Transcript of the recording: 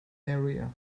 area